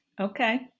Okay